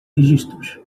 registros